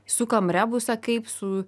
sukam rebusą kaip su